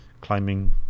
climbing